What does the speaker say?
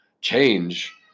change